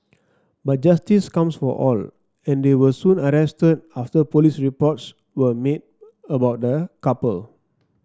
but justice comes for all and they were soon arrested after police reports were made about the couple